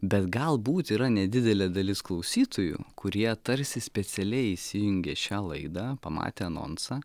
bet galbūt yra nedidelė dalis klausytojų kurie tarsi specialiai įsijungė šią laidą pamatę anonsą